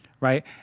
right